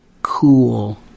Cool